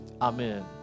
Amen